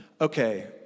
okay